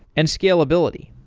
and scalability.